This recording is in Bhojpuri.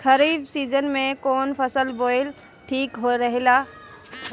खरीफ़ सीजन में कौन फसल बोअल ठिक रहेला ह?